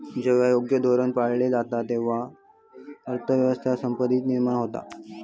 जेव्हा योग्य धोरण पाळला जाता, तेव्हा अर्थ व्यवस्थेत संपत्ती निर्माण होता